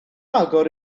agor